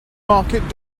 market